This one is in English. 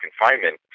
confinement